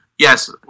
Yes